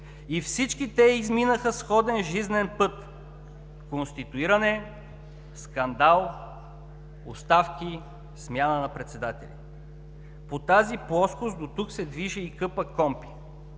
И всички те изминаха сходен жизнен път: конституиране, скандал, оставки, смяна на председатели. По тази плоскост до тук се движи и КПКОНПИ.